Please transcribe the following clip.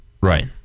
Right